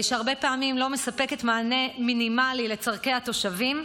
שהרבה פעמים לא מספקת מענה מינימלי לצורכי התושבים,